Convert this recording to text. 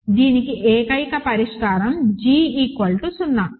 దీనికి ఏకైక పరిష్కారం g0